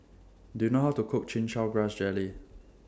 Do YOU know How to Cook Chin Chow Grass Jelly